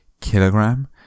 kilogram